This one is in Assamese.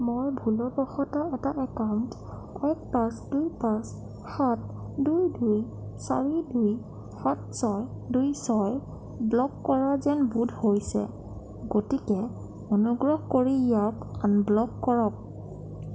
মই ভুলবশতঃ এটা একাউণ্ট এক পাঁচ দুই পাঁচ সাত দুই দুই চাৰি দুই সাত ছয় দুই ছয় ব্লক কৰা যেন বোধ হৈছে গতিকে অনুগ্ৰহ কৰি ইয়াক আনব্লক কৰক